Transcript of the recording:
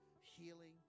healing